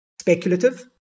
speculative